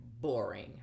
boring